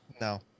No